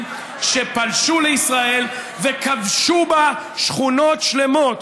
שפלשו לישראל וכבשו בה שכונות שלמות,